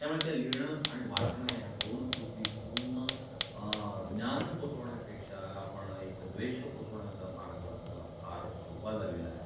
त्यामुळे ते लिहिणं आणि वाचणं ह्या दोन कृतीतून ज्ञान पोहचवण्यापेक्षा आपण एक द्वेष पोहचवण्याचा मार्ग आता फार सोपा झालेला आहे